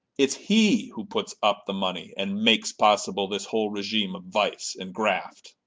it's he who puts up the money and makes possible this whole regime of vice and graft.